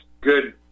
good